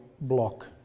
block